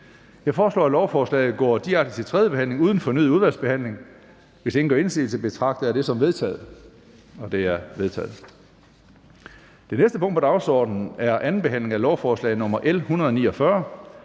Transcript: Jeg foreslår, at lovforslaget går direkte til tredje behandling uden fornyet udvalgsbehandling. Hvis ingen gør indsigelse, betragter jeg det som vedtaget. Det er vedtaget. --- Det næste punkt på dagsordenen er: 17) 2. behandling af lovforslag nr. L 114: